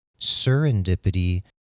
serendipity